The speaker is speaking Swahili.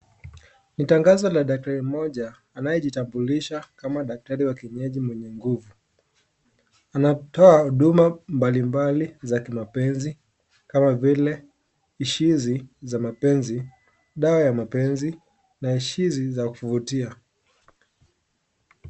Nitangazo la tarehe moja anayejitambulisha kama daktari wa kienyeji mwenye nguvu anatoa huduma mbalimbali za kimapenzi kama vile ishizi za mapenzi dawa ya mapenzi na ishizi za kuvutia.